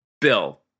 Bill